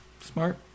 Smart